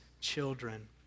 children